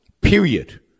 Period